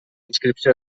inscripció